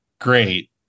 great